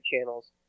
channels